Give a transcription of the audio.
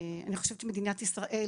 אני חושבת שמדינת ישראל,